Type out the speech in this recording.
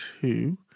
two